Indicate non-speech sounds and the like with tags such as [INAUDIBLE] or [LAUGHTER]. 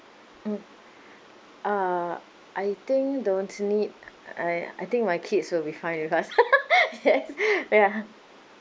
mmhmm uh I think don't need I I think my kids will be fine with us [LAUGHS] yes ya